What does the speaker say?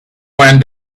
went